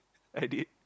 i did